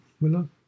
Willow